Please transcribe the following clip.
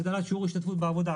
הגדלת שיעור ההשתתפות בעבודה.